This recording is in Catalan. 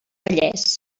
vallès